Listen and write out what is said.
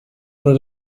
oder